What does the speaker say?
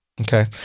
Okay